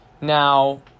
Now